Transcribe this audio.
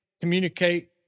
communicate